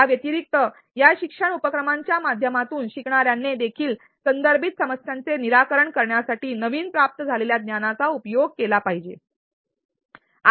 या व्यतिरिक्त या शिक्षण उपक्रमांच्या माध्यमातून शिकणाऱ्यांने देखील संदर्भित समस्यांचे निराकरण करण्यासाठी नवीन प्राप्त झालेल्या ज्ञानाचा उपयोग केला पाहिजे